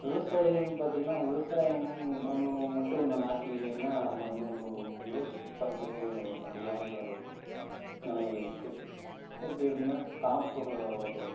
விவசாயம்னு பார்த்திங்கன்னா விவசாயம் ஒன்று மட்டும் இந்த நாட்டில இல்லைனா அதை வந்து ஒரு யோசிச்சு பார்க்கவே முடியாத ஒரு நிலையா இருக்குது எப்படி எப்படின்னா சாப்பிட்ற ஒரு